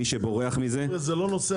מי שבורח מזה --- זה לא נושא הדיון.